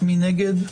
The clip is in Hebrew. מי נגד?